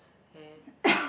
okay